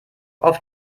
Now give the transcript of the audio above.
auf